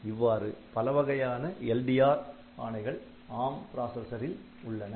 இவ்வாறு பலவகையான LDR ஆணைகள் ARM பிராசசரில் உள்ளன